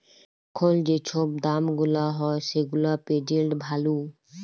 এখল যে ছব দাম গুলা হ্যয় সেগুলা পের্জেল্ট ভ্যালু